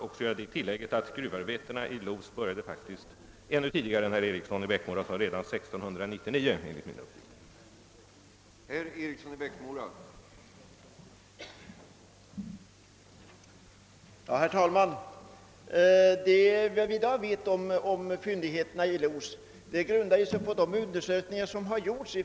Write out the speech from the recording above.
Låt mig också tillägga att gruvarbetena i Los faktiskt började ännu tidigare än herr Eriksson i Bäckmora sade, nämligen redan 1699 enligt mina uppgifter.